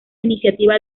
iniciativa